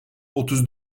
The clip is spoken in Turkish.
otuz